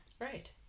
Right